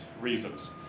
reasons